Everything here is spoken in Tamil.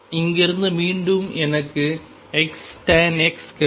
இங்கிருந்து மீண்டும் எனக்கு Xtan Xகிடைக்கும்